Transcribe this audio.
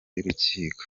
y’urukiko